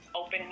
open